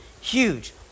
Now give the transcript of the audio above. huge